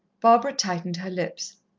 barbara tightened her lips.